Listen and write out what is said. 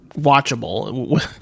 watchable